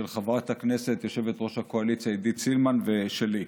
של חברת הכנסת ויושבת-ראש הקואליציה עידית סילמן ושלי.